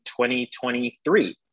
2023